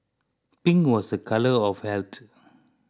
pink was a colour of health